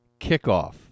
kickoff